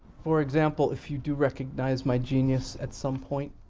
for example, if you do recognize my genius at some point,